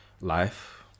Life